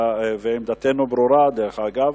ועמדתנו ברורה דרך אגב,